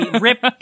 Rip